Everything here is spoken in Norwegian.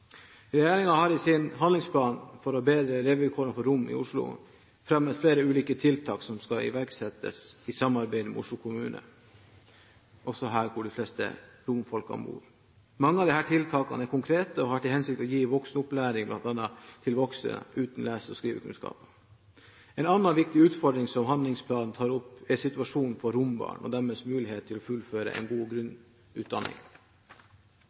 har i sin handlingsplan for å bedre levevilkårene for romer i Oslo fremmet flere ulike tiltak som skal iverksettes i samarbeid med Oslo kommune, hvor de fleste av romfolket bor. Mange av disse tiltakene er konkrete og har bl.a. til hensikt å gi voksenopplæring til voksne uten lese- og skrivekunnskaper. En annen viktig utfordring som handlingsplanen tar opp, er situasjonen for rombarn og deres mulighet til å fullføre en god